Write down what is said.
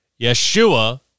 Yeshua